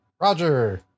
roger